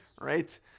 right